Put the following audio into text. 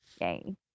yay